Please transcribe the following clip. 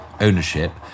ownership